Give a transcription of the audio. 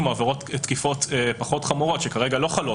או על תקיפות פחות חמורות שכרגע לא חלות.